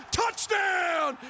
touchdown